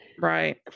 Right